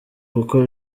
kuko